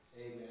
Amen